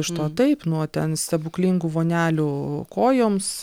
iš to taip nuo ten stebuklingų vonelių kojoms